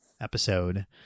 episode